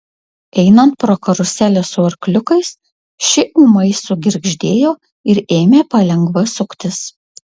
einant pro karuselę su arkliukais ši ūmai sugirgždėjo ir ėmė palengva suktis